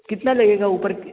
کتنا لگے گا اوپر کی